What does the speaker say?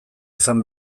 izan